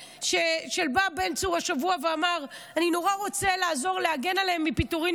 בא בן צור השבוע ואמר: אני נורא רוצה להגן עליהם מפיטורים,